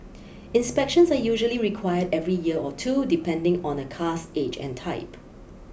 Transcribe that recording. inspections are usually required every year or two depending on a car's age and type